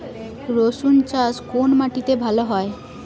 রুসুন চাষ কোন মাটিতে ভালো হয়?